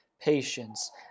patience